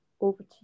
over